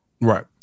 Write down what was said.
Right